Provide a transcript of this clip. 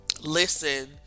listen